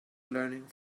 learning